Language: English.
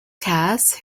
cass